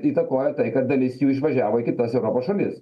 įtakoja tai kad dalis jų išvažiavo į kitas europos šalis